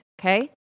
Okay